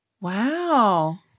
Wow